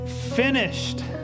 finished